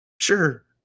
sure